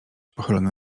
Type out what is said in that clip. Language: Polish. pochylony